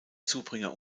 zubringer